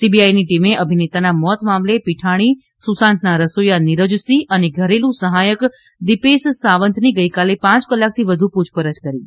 સીબીઆઈની ટીમે અભિનેતાના મોત મામલે પીઠાણી સુશાંતના રસોઇયા નીરજસિંહ અને ઘરેલુ સહાયક દીપેશ સાવંતની ગઈકાલે પાંચ કલાકથી વધુ પૂછપરછ કરી હતી